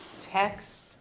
text